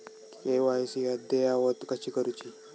KYC अद्ययावत कशी करुची?